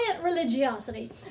religiosity